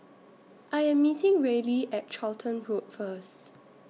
I Am meeting Reilly At Charlton Road First